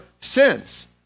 sins